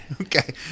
Okay